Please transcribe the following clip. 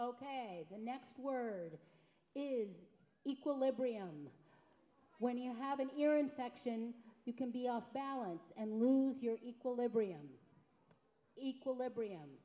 the next word is equilibrium when you have an ear infection you can be off balance and lose your equilibrium equilibrium